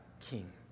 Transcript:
king